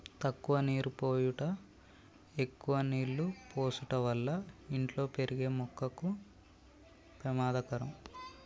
తక్కువ నీరు పోయుట ఎక్కువ నీళ్ళు పోసుట వల్ల ఇంట్లో పెరిగే మొక్కకు పెమాదకరం